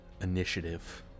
initiative